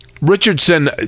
Richardson